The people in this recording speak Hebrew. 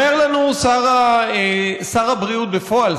אומר לנו שר הבריאות בפועל,